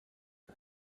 das